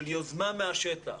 של יוזמה מהשטח.